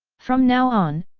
from now on,